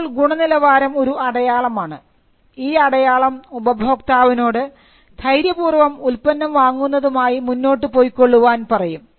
ഇപ്പോൾ ഗുണനിലവാരം ഒരു അടയാളമാണ് ഈ അടയാളം ഉപഭോക്താവിനോട് ധൈര്യപൂർവ്വം ഉൽപ്പന്നം വാങ്ങുന്നതുമായി മുന്നോട്ട് പോയിക്കൊള്ളുവാൻ പറയും